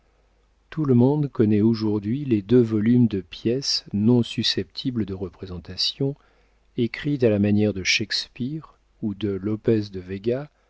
tout le monde connaît aujourd'hui les deux volumes de pièces non susceptibles de représentation écrites à la manière de shakspeare ou de lopez de véga